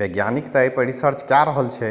वैज्ञानिक तऽ एहिपर रिसर्च कए रहल छै